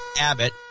Abbott